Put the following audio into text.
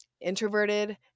introverted